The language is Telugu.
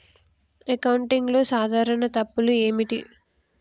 అకౌంటింగ్లో సాధారణ తప్పులు ఏమిటి?